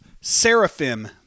Seraphim